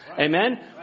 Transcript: Amen